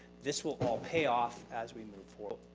this will all pay off as we move forward.